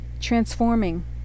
transforming